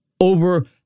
over